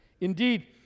Indeed